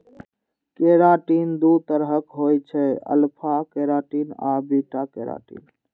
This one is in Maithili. केराटिन दू तरहक होइ छै, अल्फा केराटिन आ बीटा केराटिन